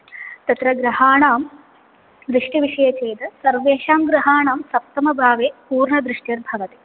तत्र ग्रहाणां दृष्टिविषये चेत् सर्वेषां ग्रहाणां सप्तमभावे पूर्णदृष्टिर्भवति